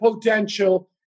potential